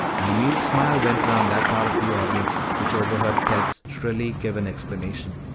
an amused smile went around that part of the audience which overheard ted's shrilly given explanation.